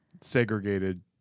segregated